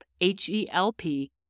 H-E-L-P